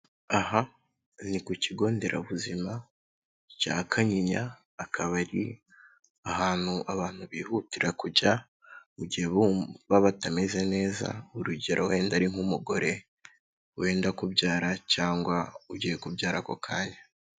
Aha ni ku kigo nderabuzima cya Kanyinya, akaba ari ahantu abantu bihutira kujya mu gihe bumva batameze neza, urugero wenda ari nk'umugore wenda kubyara cyangwa ugiye kubyara ako kanya.